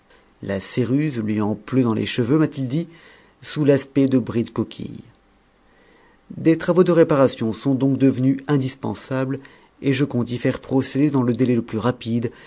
la céruse lui en pleut dans les cheveux m'a-t-il dit sous l'aspect de bris de coquilles des travaux de réparations sont donc devenus indispensables et je compte y faire procéder dans le délai le plus rapide